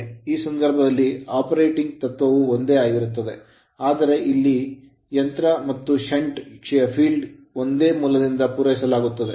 ಈ ಸಂದರ್ಭದಲ್ಲಿ operating operating ತತ್ವವೂ ಒಂದೇ ಆಗಿರುತ್ತದೆ ಆದರೆ ಇಲ್ಲಿ ಯಂತ್ರ ಮತ್ತು shunt ಷಂಟ್ ಕ್ಷೇತ್ರಕ್ಕೆ ಒಂದೇ ಮೂಲದಿಂದ ಪೂರೈಸಲಾಗುತ್ತದೆ